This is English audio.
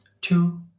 two